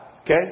Okay